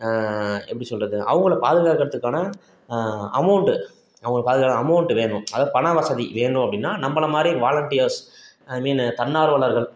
எப்படி சொல்றது அவங்கள பாதுகாக்கிறதுக்கான அமௌண்ட்டு அவங்கள பாதுகாக்க அமௌண்ட்டு வேணும் அதாவது பணவசதி வேணும் அப்படின்னா நம்பளைமாரி வாலன்டியர்ஸ் ஐ மீன் தன்னார்வலர்கள்